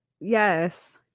yes